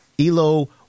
ELO